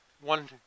one